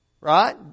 Right